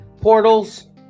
Portals